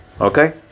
okay